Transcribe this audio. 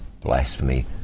blasphemy